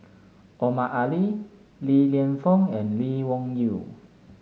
Omar Ali Li Lienfung and Lee Wung Yew